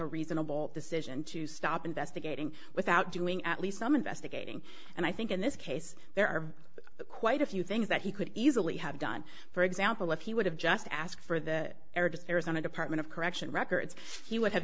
a reasonable decision to stop investigating without doing at least some investigating and i think in this case there are quite a few things that he could easily have done for example if he would have just asked for the arabs arizona department of corrections records he would have